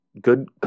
good